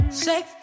safe